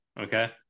Okay